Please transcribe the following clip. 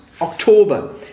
October